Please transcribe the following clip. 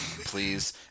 please